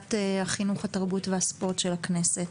לוועדת החינוך, התרבות והספורט של הכנסת.